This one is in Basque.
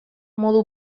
modu